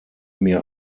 mir